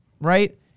right